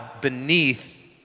beneath